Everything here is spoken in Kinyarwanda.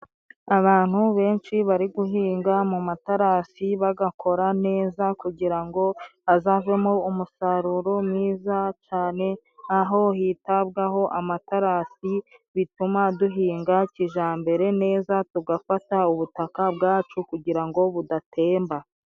Abantu benshi bari guhinga mu materasi bagakora neza kugira ngo hazavemo umusaruro mwiza cane, aho hitabwaho amaterasi, bituma duhinga kijambere neza tugafata ubutaka bwacu kugira ngo budatemba.